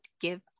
give